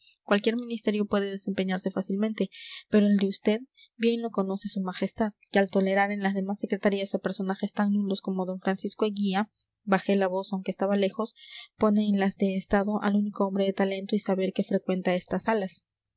cualquier ministerio puede desempeñarse fácilmente pero el de vd bien lo conoce su majestad que al tolerar en las demás secretarías a personajes tan nulos como d francisco eguía bajé la voz aunque estaba lejos pone en las de estado al único hombre de talento y saber que frecuenta estas salas